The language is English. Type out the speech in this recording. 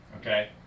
okay